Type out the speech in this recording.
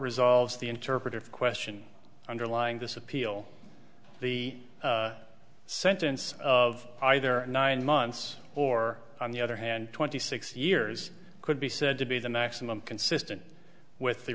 resolves the interpretive question underlying this appeal the sentence of either nine months or on the other hand twenty six years could be said to be the maximum consistent with the